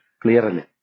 clearly